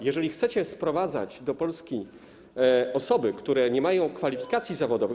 Jeżeli chcecie sprowadzać do Polski osoby, które nie mają kwalifikacji zawodowych.